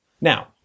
Now